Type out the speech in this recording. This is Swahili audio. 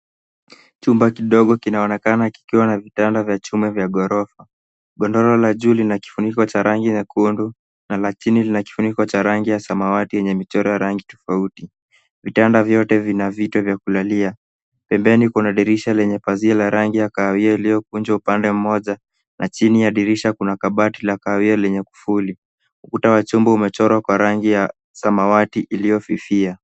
Chumba kidogo kinaonekana kikiwa na vitanda vya chuma vya ghorofa. Godoro la juu lina kifuniko cha rangi nyekundu na la chini lina kifuniko cha rangi ya samawati yenye michoro ya rangi tofauti. Vitanda vyote vina vito vya kulalia. Pembeni kuna dirisha lenye pazia la rangi ya kahawia iliyokunjwa upande mmoja na chini ya dirisha kuna kabati la kahawia lenye kufuli. Ukuta wa chumba umechorwa kwa rangi ya samawati iliyofifia.